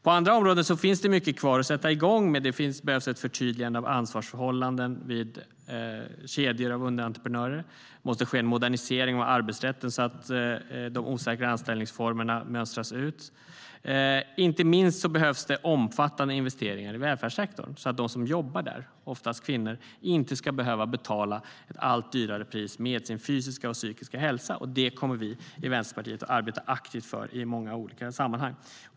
På andra områden finns det mycket kvar att sätta igång med. Det behövs ett förtydligande av ansvarsförhållanden vid kedjor av underentreprenörer. Det måste ske en modernisering av arbetsrätten så att de osäkra anställningsformerna mönstras ut. Det behövs inte minst omfattande investeringar i välfärdssektorn så att de som arbetar där, oftast kvinnor, inte ska behöva betala ett allt dyrare pris med sin fysiska och psykiska hälsa. Det kommer vi i Vänsterpartiet att arbeta aktivt för i många olika sammanhang.